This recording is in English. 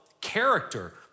character